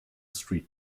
street